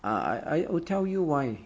uh I I will tell you why